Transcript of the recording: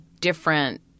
different